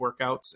workouts